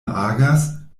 agas